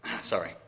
Sorry